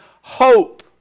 hope